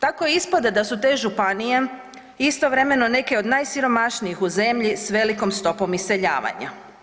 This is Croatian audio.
Tako ispada da su te županije istovremeno neke od najsiromašnijih u zemlji s velikom stopom iseljavanja.